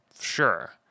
sure